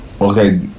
okay